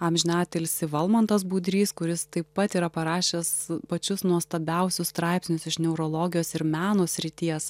amžiną atilsį valmantas budrys kuris taip pat yra parašęs pačius nuostabiausius straipsnius iš neurologijos ir meno srities